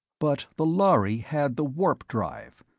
but the lhari had the warp-drive,